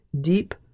Deep